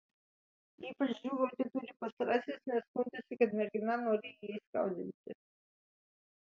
ypač džiūgauti turi pastarasis nes skundėsi kad mergina nori jį įskaudinti